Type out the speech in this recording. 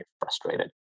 frustrated